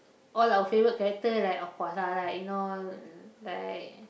all our favourite character like of course lah like you know like